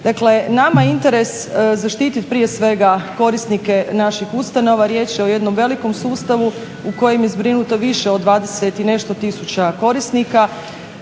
nama je interes zaštiti, prije svega korisnike naših ustanova. Riječ je o jednom velikom sustavu u kojem je zbrinuto više od 20 i nešto